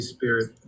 Spirit